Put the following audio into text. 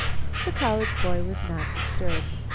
the college boy was not disturbed.